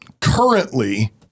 currently